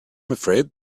afraid